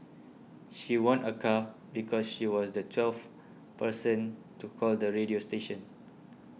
she won a car because she was the twelfth person to call the radio station